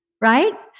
right